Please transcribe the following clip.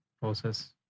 process